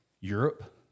Europe